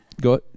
Go